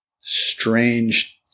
strange